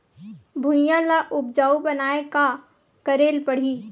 भुइयां ल उपजाऊ बनाये का करे ल पड़ही?